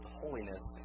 holiness